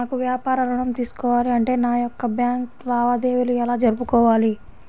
నాకు వ్యాపారం ఋణం తీసుకోవాలి అంటే నా యొక్క బ్యాంకు లావాదేవీలు ఎలా జరుపుకోవాలి?